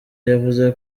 yavuze